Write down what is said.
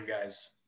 guys